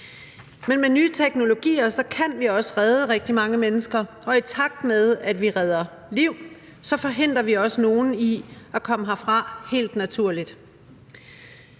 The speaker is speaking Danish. Men med nye teknologier kan vi faktisk også redde rigtig mange mennesker, og i takt med at vi redder liv, forhindrer vi jo også nogle i at komme herfra helt naturligt.